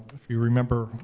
if you remember,